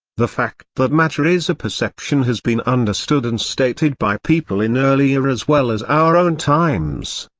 the fact that matter is a perception has been understood and stated by people in earlier as well as our own times.